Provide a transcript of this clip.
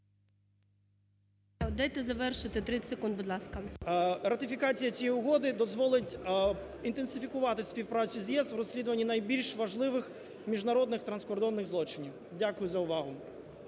Дайте завершити, 30 секунд, будь ласка. ПЕТУХОВ С.І. Ратифікація цієї угоди дозволить інтенсифікувати співпрацю з ЄС у розслідуванні найбільш важливих міжнародних транскордонних злочинів. Дякую за увагу.